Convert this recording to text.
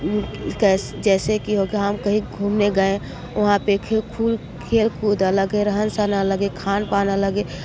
कैस जैसे कि होगा हम कहीं घूमने गए वहाँ पर खेल कूद अलग है रहन सहन अलग है खान पान अलग है